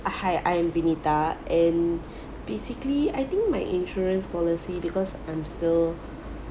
uh hi I am venita and basically I think my insurance policy because I'm still